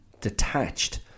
detached